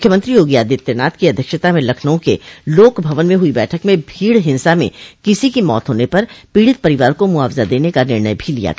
मुख्यमंत्री योगी आदित्यनाथ की अध्यक्षता में लखनऊ के लोक भवन में हुई बैठक में भीड़ हिन्सा में किसी की मौत होने पर पीड़ित परिवार को मुआवजा देने का निर्णय भी लिया गया